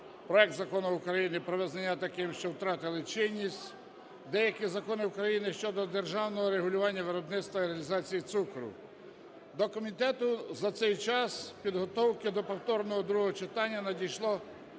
проект Закону про визнання такими, що втратили чинність, деяких законів України щодо державного регулювання виробництва і реалізації цукру. До комітету за цей час підготовки до повторного другого читання надійшло